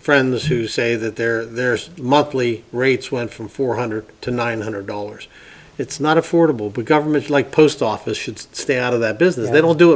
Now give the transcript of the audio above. friends who say that they're there's monthly rates went from four hundred to nine hundred dollars it's not affordable but government like post office should stay out of that business they don't do it